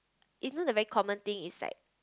isn't the very common thing is like